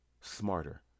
smarter